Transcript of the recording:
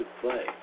play